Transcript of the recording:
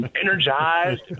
energized